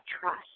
trust